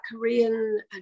Korean